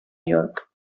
york